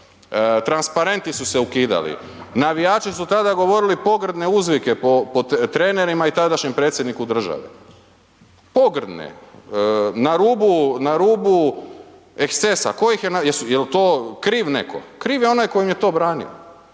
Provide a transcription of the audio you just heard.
transparenti su se ukidali, navijači tada govorili pogrdne uzvike po trenerima i tadašnjem Predsjedniku države. Pogrdne, na rubu ekscesa, jel to kriv neko? Kriv je onaj koji im je to branio.